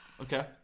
Okay